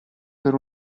per